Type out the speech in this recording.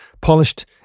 polished